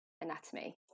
anatomy